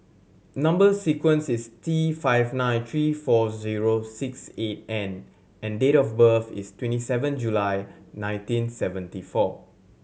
number sequence is T five nine three four zero six eight N and date of birth is twenty seven July nineteen seventy four